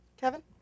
Kevin